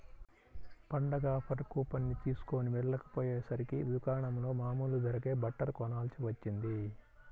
పండగ offer coupon తీస్కొని వెళ్ళకపొయ్యేసరికి దుకాణంలో మామూలు ధరకే బట్టలు కొనాల్సి వచ్చింది